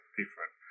different